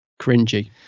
cringy